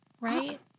right